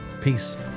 peace